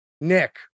Nick